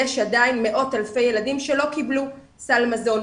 יש עדיין מאות אלפי ילדים שלא קיבלו סל מזון,